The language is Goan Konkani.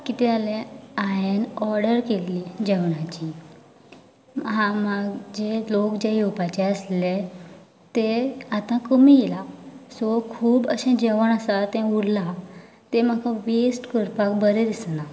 कितें जाले हांवें ऑर्डर केल्ली जेवणाची हां म्ह म्हाजे लोक जे येवपाचे आसले ते आतां कमी येला सो खूब अशे जेवण आसा तें उरला तें म्हाका व्हेस्ट करपाक बरें दिसना